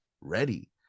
ready